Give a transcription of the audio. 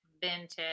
vintage